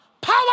Power